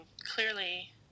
clearly